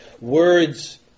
Words